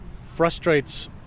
frustrates